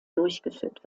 durchgeführt